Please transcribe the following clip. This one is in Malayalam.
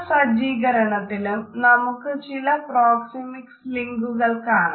ഇരിപ്പിട സജ്ജീകരണത്തിലും നമുക്ക് ചില പ്രോക്സെമിക്സ് ലിങ്കുകൾ കാണാം